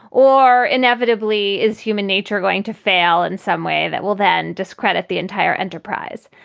or inevitably, is human nature going to fail in some way that will then discredit the entire enterprise?